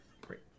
Great